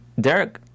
Derek